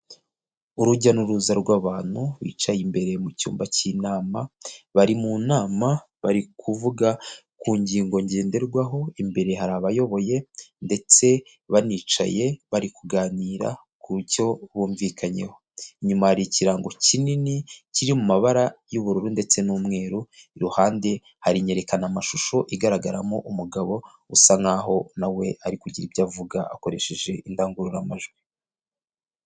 Urujya n'uruza rw'abantu bicaye imbere mu cyumba cy'inama bari mu nama bari kuvuga ku ngingo ngenderwaho, imbere hari abayoboye ndetse banicaye bari kuganira ku cyo bumvikanyeho, inyuma hari ikirango kinini kiri mu mabara y'ubururu ndetse n'umweru, iruhande hari inyerekana amashusho igaragaramo umugabo usa nkaho nawe ari kugira ibyo avuga akoresheje indangururamajwi.